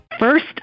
First